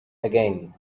again